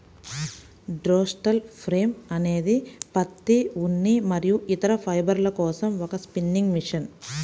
throstle frame అనేది పత్తి, ఉన్ని మరియు ఇతర ఫైబర్ల కోసం ఒక స్పిన్నింగ్ మెషిన్